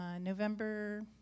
November